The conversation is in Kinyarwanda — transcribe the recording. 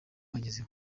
mwagezeho